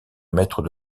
mètres